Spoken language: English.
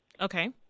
Okay